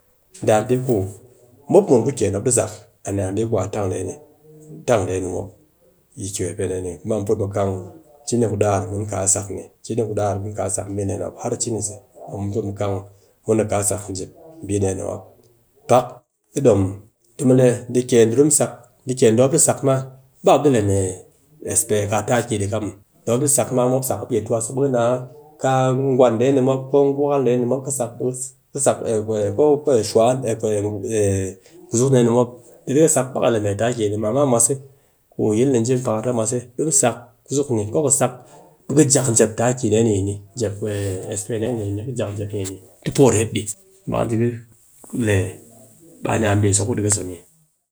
Ni a mbi mop ku kiyen mop dɨ sak, a ni a mbi ku a tang dee ni, tang dee ni mop yi she pe dee ni, kuma mu put mu kang cini, ku daar, mun kaa sak ni, cini ku daar mun kaa sak mbi dee ni mop har cini se, mu ji mu kang mun a kaa sak jep mbi dee ni mop, pak ki dom ti mu le, dee kiyen di mop di sak ma, ba mop di le ees pe kaa taki di ka muw. Mop di sak ma, mop sa ɓee tu a sɨse, ɓe ka naa kaa gwan dee ni mop ko gwakal dee ni mop, mop disak ko shuwa, mee kuzuk dee ni mop, dee di ka sak, da ka le mee taki yi ni ma muw, ammamwase, ku yilni ji bakar ta mwase, di ka sak a kuzuk, ni ko ka sak ɓe ka jak jep taki dee ni yiniti po ret dɨ. Ba ka ji ka le, ɓe a ni a mbi so ku di ka so ni.